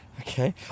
Okay